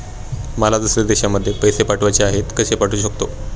मला दुसऱ्या देशामध्ये पैसे पाठवायचे आहेत कसे पाठवू शकते?